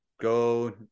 Go